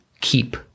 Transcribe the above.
keep